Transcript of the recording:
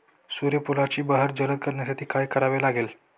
सूर्यफुलाची बहर जलद करण्यासाठी काय करावे लागेल?